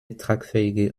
tragfähige